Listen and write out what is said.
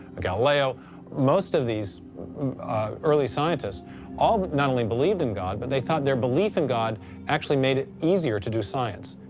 galileo most of these early scientists all not only believed in god, but they thought their belief in god actually made it easier to do science.